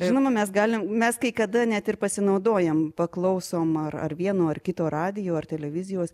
žinoma mes galim mes kai kada net ir pasinaudojam paklausom ar vieno ar kito radijo ar televizijos